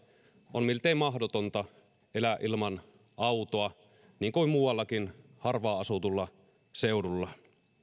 on miltei mahdotonta elää ilman autoa niin kuin muuallakin harvaan asutulla seudulla